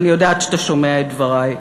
ואני יודעת שאתה שומע את דברי.